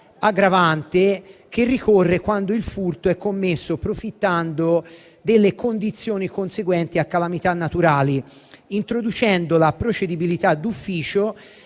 aggravante che ricorre quando il furto è commesso profittando delle condizioni conseguenti a calamità naturali, introducendo la procedibilità d'ufficio